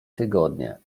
tygodnie